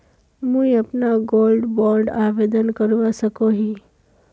मुई अपना gold bond आवेदन करवा सकोहो ही?